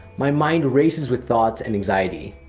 my mind races with thoughts and anxiety.